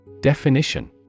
Definition